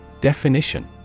Definition